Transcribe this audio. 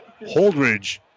Holdridge